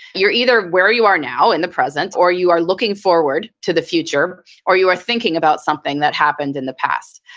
you're either where you are now in the present or you are looking forward to the future or you are thinking about something that happened in the past.